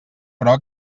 però